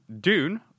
Dune